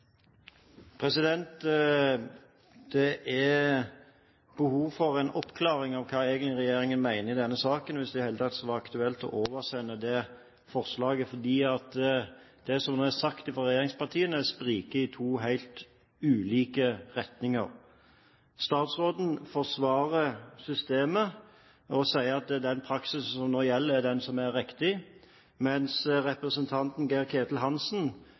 behov for en oppklaring av hva regjeringen egentlig mener i denne saken, hvis det i det hele tatt skal være aktuelt å oversende dette forslaget. For det som nå er sagt fra regjeringspartiene, spriker i to helt ulike retninger. Statsråden forsvarer systemet og sier at den praksisen som nå gjelder, er den som er riktig, mens representanten Geir-Ketil Hansen